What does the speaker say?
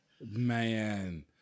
Man